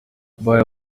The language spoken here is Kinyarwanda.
mbahaye